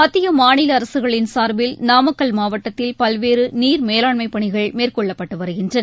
மத்திய மாநில அரசுகளின் சார்பில் நாமக்கல் மாவட்டத்தில் பல்வேறு நீர் மேலாண்மை பணிகள் மேற்கொள்ளப்பட்டு வருகின்றன